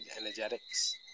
Energetics